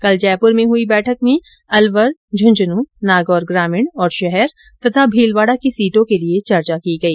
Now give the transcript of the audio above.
कल जयपुर में हुई बैठक में अलवर झुन्झून नागौर ग्रामीण और शहर तथा भीलवाड़ा की सीटों के लिए चर्चा की गई